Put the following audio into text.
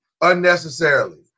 unnecessarily